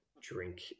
drink